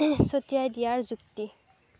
ছটিয়াই দিয়াৰ যুক্তি